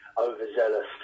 overzealous